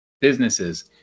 businesses